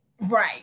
Right